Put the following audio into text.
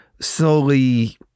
slowly